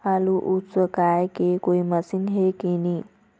आलू उसकाय के कोई मशीन हे कि नी?